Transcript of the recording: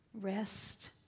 rest